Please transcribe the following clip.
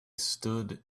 stood